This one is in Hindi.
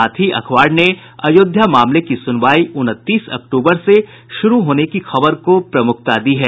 साथ ही अखबार ने अयोध्या मामले की सुनवाई उनतीस अक्टूबर से शुरू होने की खबर को प्रमुखता दी है